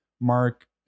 Mark